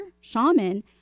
shaman